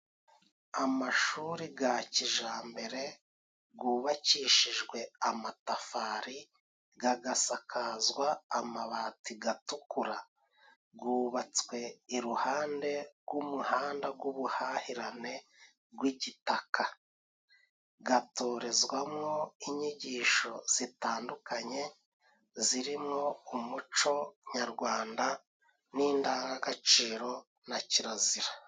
Amashuri ga kijambere gubakishijwe amatafari, gagasakazwa amabati gatukura, gubatswe iruhande g'umuhanda g'ubuhahirane gw'igitaka. Gatorezwamo inyigisho zitandukanye zirimwo umuco nyarwanda n'indangagaciro na kirazira.